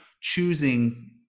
choosing